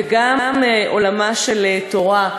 וגם מעולמה של תורה,